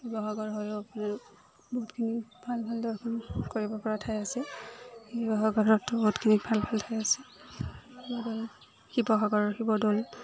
শিৱসাগৰ গৈয়ো আপোনাৰ বহুতখিনি ভাল ভাল দৰ্শন কৰিব পৰা ঠাই আছে শিৱসাগৰ বহুতখিনি ভাল ভাল ঠাই আছে শিৱসাগৰৰ শিৱদৌল